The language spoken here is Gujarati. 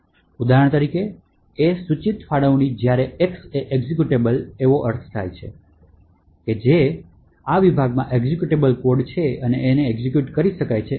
ઉદાહરણ તરીકે A સૂચિત ફાળવણી જ્યારે X એ એક્ઝેક્યુટેબલ અર્થ થાય છે જેનો અર્થ છે કે આ વિભાગમાં એક્ઝેક્યુટેબલ કોડ છે અને તે એક્ઝેક્યુટ કરી શકાય છે